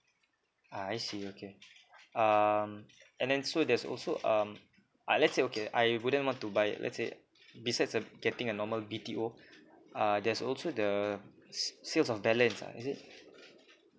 ah I see okay um and then so there's also um uh let's say okay I wouldn't want to buy it let's say besides uh getting a normal B_T_O uh there's also the sales of balance ah is it